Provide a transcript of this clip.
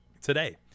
today